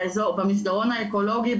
במסדרון האקולוגי,